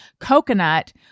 coconut